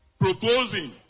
proposing